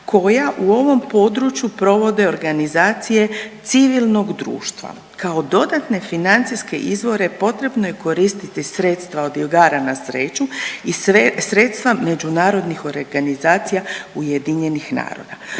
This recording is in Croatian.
koja u ovom području provode organizacije civilnog društva. Kao dodatne financijske izvore potrebno je koristiti sredstva od igara na sreću i sredstva međunarodnih organizacija Ujedinjenih naroda.